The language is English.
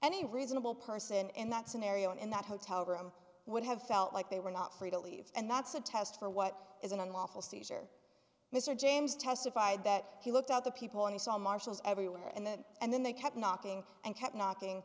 the reasonable person in that scenario in that hotel room would have felt like they were not free to leave and that's a test for what is an unlawful seizure mr james testified that he looked at the people and he saw marshals everywhere and then and then they kept knocking and kept knocking